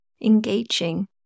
engaging